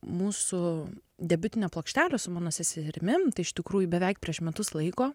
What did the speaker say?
mūsų debiutinę plokštelę su mano seserimi tai iš tikrųjų beveik prieš metus laiko